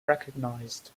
recognised